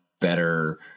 better